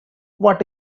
what